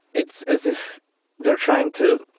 it's as if they're trying to,